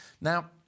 Now